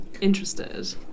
interested